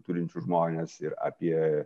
turinčius žmones ir apie